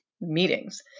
Meetings